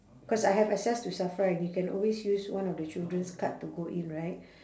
cause I have access to safra and you can always use one of the children's card to go in right